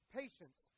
patience